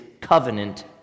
Covenant